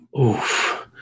Oof